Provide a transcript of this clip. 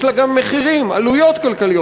יש לה גם מחירים, עלויות כלכליות.